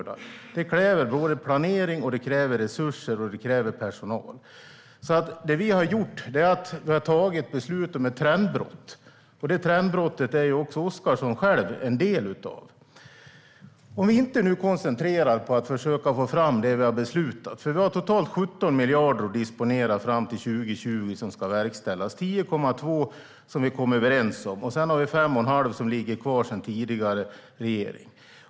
Det kräver både planering och resurser, och det kräver personal. Det vi har gjort är att fatta beslut om ett trendbrott. Detta trendbrott är också Oscarsson själv en del av. Vi ska nu koncentrera oss på att försöka få fram det vi har beslutat. Vi har totalt 17 miljarder att disponera fram till 2020 som ska verkställas. Det är 10,2 miljarder som vi kom överens om och 5,5 som ligger kvar sedan tidigare regering.